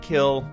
Kill